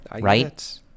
right